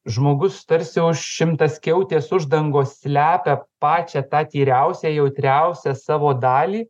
žmogus tarsi už šimtaskiautės uždangos slepia pačią tą tyriausią jautriausią savo dalį